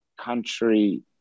country